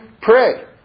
pray